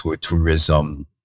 tourism